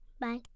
Bye